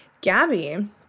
Gabby